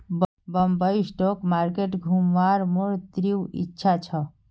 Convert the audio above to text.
Bombay stock market घुमवार मोर तीव्र इच्छा छ